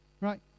right